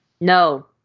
No